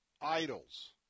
idols